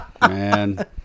Man